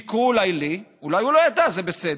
או אולי שיקרו לי, אולי הוא לא ידע, וזה בסדר,